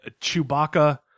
Chewbacca